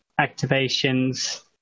activations